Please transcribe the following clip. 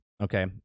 okay